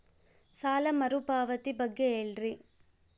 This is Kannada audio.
ಸಾಲ ಮರುಪಾವತಿ ಬಗ್ಗೆ ಹೇಳ್ರಿ?